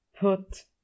Put